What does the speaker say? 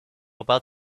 about